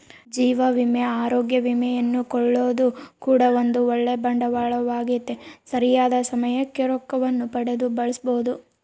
ಜೀವ ವಿಮೆ, ಅರೋಗ್ಯ ವಿಮೆಯನ್ನು ಕೊಳ್ಳೊದು ಕೂಡ ಒಂದು ಓಳ್ಳೆ ಬಂಡವಾಳವಾಗೆತೆ, ಸರಿಯಾದ ಸಮಯಕ್ಕೆ ರೊಕ್ಕವನ್ನು ಪಡೆದು ಬಳಸಬೊದು